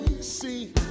see